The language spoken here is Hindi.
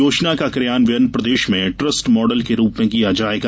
योजना का कियान्वयन प्रदेश में ट्रस्ट मॉडल के रूप में किया जायेगा